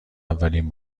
اولین